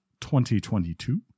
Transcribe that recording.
2022